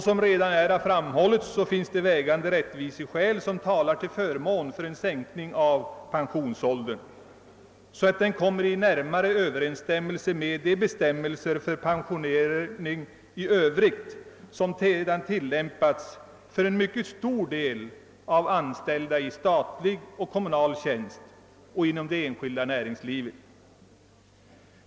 Som redan framhållits talar vägande rättviseskäl för en sänkning av pensionsåldern, så att den närmare överensstämmer med de övriga bestämmelser för pensionering som redan tillämpas för en mycket stor del av de anställda i statlig och kommunal tjänst liksom också det privata näringslivet.